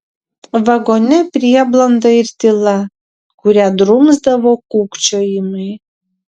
vagone prieblanda ir tyla kurią drumsdavo kūkčiojimai